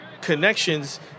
connections